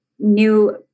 New